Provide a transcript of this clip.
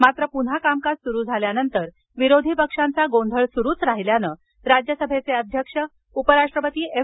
मात्र पुन्हा कामकाज सुरू झाल्यानंतर विरोधी पक्षांचा गोंधळ सुरूच राहिल्यानं राज्यसभेचे अध्यक्ष उपराष्ट्रपती एम